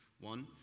one